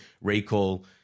recall